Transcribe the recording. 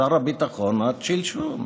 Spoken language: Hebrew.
שר הביטחון עד שלשום,